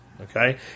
Okay